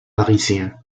parisien